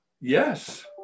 Yes